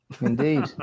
Indeed